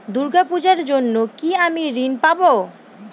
দূর্গা পূজার জন্য কি আমি ঋণ পাবো?